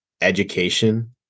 education